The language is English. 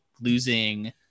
losing